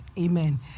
Amen